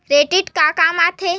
Credit ह का काम आथे?